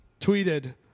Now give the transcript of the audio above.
tweeted